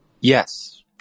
Yes